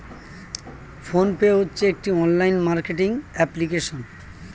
phone pay হচ্ছে একটি online marketing application